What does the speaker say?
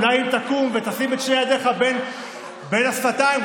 אולי אם תקום ותשים את שתי ידיך בין השפתיים,